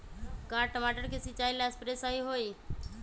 का टमाटर के सिचाई ला सप्रे सही होई?